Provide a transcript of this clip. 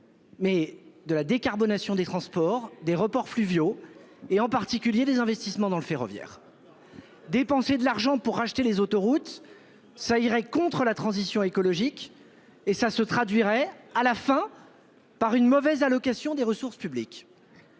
de la décarbonation des transports- reports fluviaux, investissements dans le ferroviaire, etc. Dépenser de l'argent pour racheter les autoroutes irait à l'encontre de la transition écologique et se traduirait à la fin par une mauvaise allocation des ressources publiques.